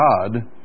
God